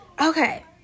okay